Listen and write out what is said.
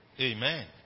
Amen